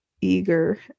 Eager